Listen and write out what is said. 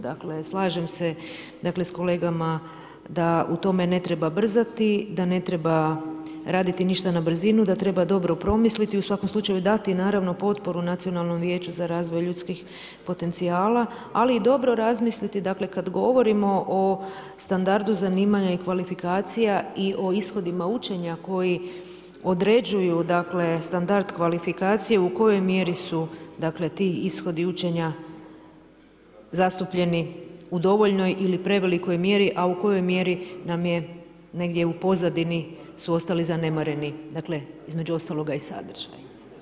Dakle, slažem se s kolegama da u tome ne treba brzati, da ne treba raditi ništa na brzinu, da treba dobro promisliti, u svakom slučaju dati potporu Nacionalnom vijeću za razvoj ljudskih potencijala ali i dobro razmisliti, dakle, kad govorimo o standardu zanimanja i kvalifikacija i o ishodima učenja koji određuju dakle, standarde kvalifikacije, u kojoj mjeri su ti ishodi učenja zastupljeni u dovoljnoj ili prevelikoj mjeri, a u kojoj mjeri nam je negdje u pozadini su ostali zanemareni, dakle, između ostaloga i sadržaj.